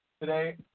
today